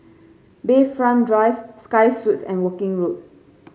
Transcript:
Bayfront Drive Sky Suites and Woking Road